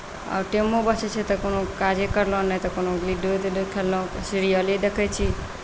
आ टाइमो बचैत छै तऽ कोनो काजे करलहुँ नहि तऽ कोनो वीडिओ तिडियो खोललहुँ सिरियले देखैत छी